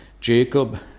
Jacob